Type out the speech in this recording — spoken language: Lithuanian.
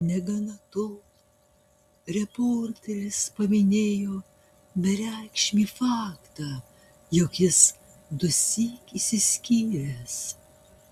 negana to reporteris paminėjo bereikšmį faktą jog jis dusyk išsiskyręs